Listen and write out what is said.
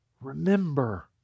remember